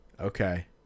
Okay